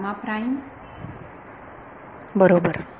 विद्यार्थी बरोबर